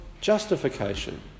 justification